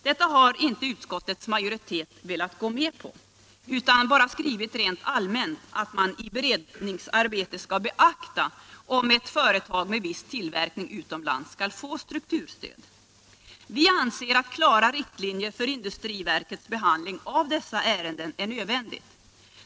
Detta har inte utskottets majoritet velat gå med på, utan man har bara skrivit rent allmänt att man i beredningsarbetet skall beakta om ett företag med viss tillverkning utomlands skall få strukturstöd. Vi anser att klara riktlinjer för industriverkets behandling av dessa ärenden är nödvändiga.